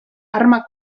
arma